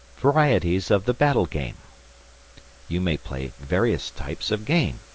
varieties of the battle-game you may play various types of game.